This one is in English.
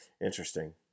interesting